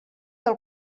del